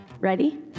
Ready